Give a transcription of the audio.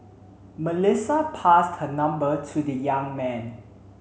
Melissa passed her number to the young man